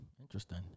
Interesting